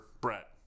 Brett